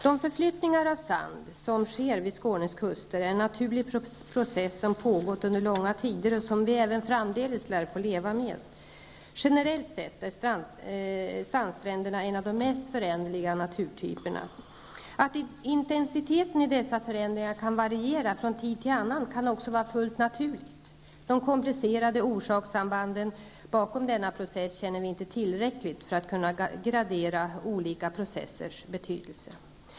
De förflyttningar av sand som sker vid Skånes kuster är en naturlig process som pågått under långa tider och som vi även framdeles lär få leva med. Generellt sett är sandstränderna en av de mest föränderliga naturtyperna. Att intensiteten i dessa förändringar kan variera från tid till annan kan också vara fullt naturligt. De komplicerade orsakssambanden bakom denna process känner vi inte till tillräckligt för att kunna gradera olika processers betydelse.